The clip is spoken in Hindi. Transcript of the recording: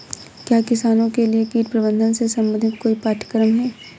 क्या किसानों के लिए कीट प्रबंधन से संबंधित कोई पाठ्यक्रम है?